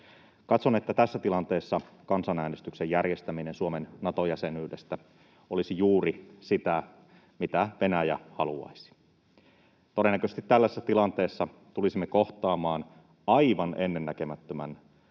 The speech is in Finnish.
Katson, että tässä tilanteessa kansanäänestyksen järjestäminen Suomen Nato-jäsenyydestä olisi juuri sitä, mitä Venäjä haluaisi. Todennäköisesti tällaisessa tilanteessa tulisimme kohtaamaan aivan ennennäkemättömän